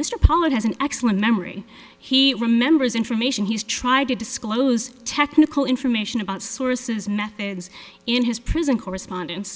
mr pollard has an excellent memory he remembers information he's tried to disclose technical information about sources methods in his prison correspondence